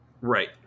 Right